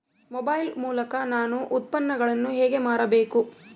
Mobile ಮೂಲಕ ನಾನು ಉತ್ಪನ್ನಗಳನ್ನು ಹೇಗೆ ಮಾರಬೇಕು?